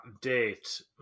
date